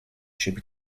should